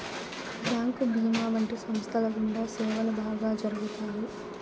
bank భీమా వంటి సంస్థల గుండా సేవలు బాగా జరుగుతాయి